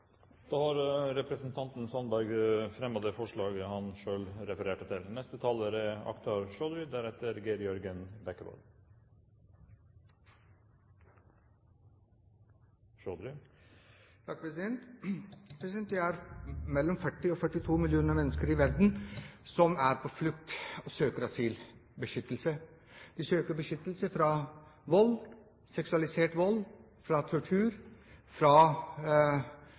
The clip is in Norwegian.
Representanten Per Sandberg har fremmet det forslaget han refererte til. Det er mellom 40 og 42 millioner mennesker i verden som er på flukt, og som søker asyl og beskyttelse. De søker beskyttelse fra vold, seksualisert vold, fra tortur, fra